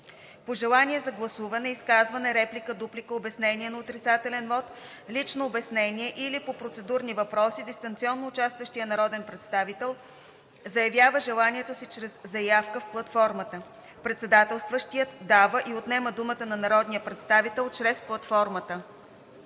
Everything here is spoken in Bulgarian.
желание за гласуване, изказване, реплика, дуплика, обяснение на отрицателен вот, лично обяснение или по процедурни въпроси дистанционно участващият народен представител заявява желанието си чрез заявка в платформата. Председателстващият дава и отнема думата на народния представител чрез платформата.